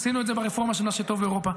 עשינו את זה ברפורמה של "מה שטוב לאירופה",